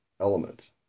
element